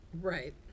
Right